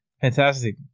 Fantastic